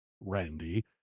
Randy